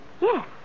Yes